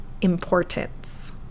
importance